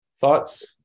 thoughts